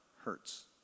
hurts